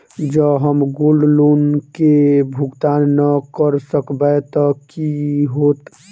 जँ हम gold loan केँ भुगतान न करऽ सकबै तऽ की होत?